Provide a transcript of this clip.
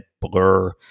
Blur